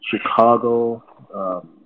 Chicago